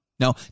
Now